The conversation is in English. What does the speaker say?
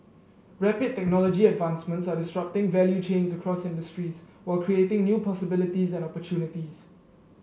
rapid technology advancements are disrupting value chains across industries while creating new possibilities and opportunities